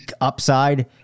upside